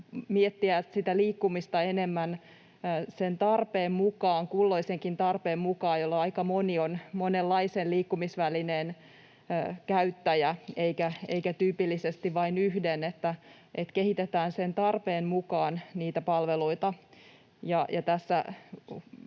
miettiä sitä liikkumista enemmän sen kulloisenkin tarpeen mukaan, jolloin aika moni on monenlaisen liikkumisvälineen käyttäjä eikä tyypillisesti vain yhden, eli kehitetään sen tarpeen mukaan niitä palveluita.